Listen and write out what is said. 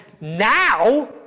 now